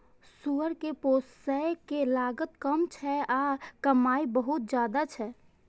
सुअर कें पोसय के लागत कम छै आ कमाइ बहुत ज्यादा छै